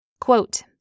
Quote